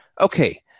okay